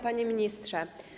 Panie Ministrze!